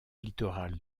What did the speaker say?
littoral